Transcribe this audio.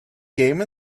game